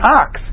ox